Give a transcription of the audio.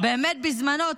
באמת בזמנו,